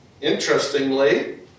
interestingly